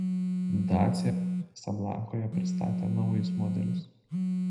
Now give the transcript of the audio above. dacia kasablankoje pristatė naujus modelius